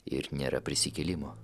ir nėra prisikėlimo